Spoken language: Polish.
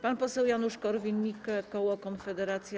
Pan poseł Janusz Korwin-Mikke, koło Konfederacja.